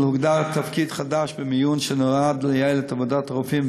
הוגדר תפקיד חדש במיון שנועד לייעל את עבודת הרופאים,